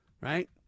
Right